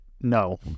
no